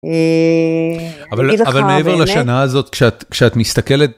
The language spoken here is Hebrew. אבל מעבר לשנה הזאת כשאת מסתכלת